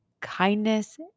kindness